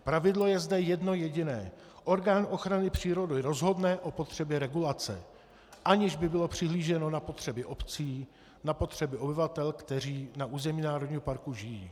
Pravidlo je zde jedno jediné orgán ochrany přírody rozhodne o potřebě regulace, aniž by bylo přihlíženo na potřeby obcí, na potřeby obyvatel, kteří na území národního parku žijí.